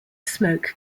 smoke